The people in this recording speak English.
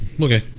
Okay